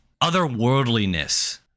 otherworldliness